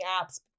apps